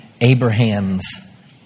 Abraham's